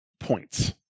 points